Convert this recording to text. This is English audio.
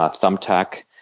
ah thumbtack,